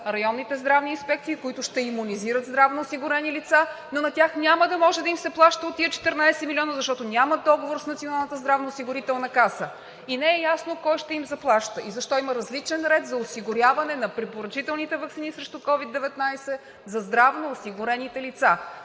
районните здравни инспекции, които ще имунизират здравноосигурени лица, но на тях няма да може да им се плаща от тези 14 милиона, защото няма договор с Националната здравноосигурителна каса и не е ясно кой ще им заплаща, и защо има различен ред за осигуряване на препоръчителните ваксини срещу COVID-19 за здравноосигурените лица,